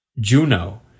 Juno